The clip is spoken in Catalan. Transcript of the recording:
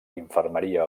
infermeria